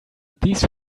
these